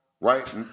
right